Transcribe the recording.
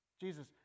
jesus